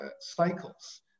cycles